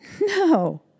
no